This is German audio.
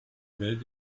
welt